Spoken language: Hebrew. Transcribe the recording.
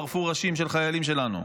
ערפו ראשים של חיילים שלנו.